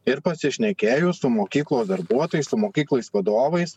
ir pasišnekėjus su mokyklos darbuotojais su mokyklų vadovais